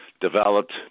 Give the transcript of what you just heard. developed